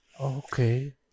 Okay